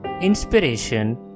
inspiration